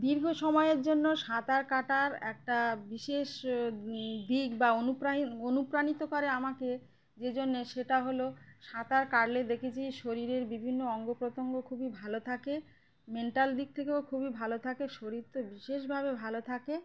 দীর্ঘ সময়ের জন্য সাঁতার কাটার একটা বিশেষ দিক বা অনুপ্রা অনুপ্রাণিত করে আমাকে যে জন্যে সেটা হলো সাঁতার কাটলে দেখেছি শরীরের বিভিন্ন অঙ্গ প্রত্যঙ্গ খুবই ভালো থাকে মেন্টাল দিক থেকেও খুবই ভালো থাকে শরীর তো বিশেষভাবে ভালো থাকে